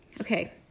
okay